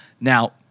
Now